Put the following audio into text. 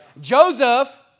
Joseph